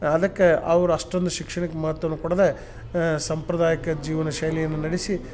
ಅದಕ್ಕೆ ಅವ್ರು ಅಷ್ಟೊಂದು ಶಿಕ್ಷಣಕ್ಕೆ ಮಹತ್ವವನ್ನು ಕೊಡದೇ ಸಾಂಪ್ರದಾಯಿಕ ಜೀವನ ಶೈಲಿಯನ್ನು ನಡೆಸಿ